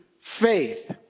faith